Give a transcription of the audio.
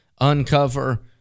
Uncover